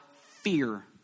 fear